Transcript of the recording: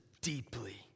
deeply